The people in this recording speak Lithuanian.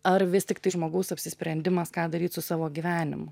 ar vis tiktai žmogaus apsisprendimas ką daryt su savo gyvenimu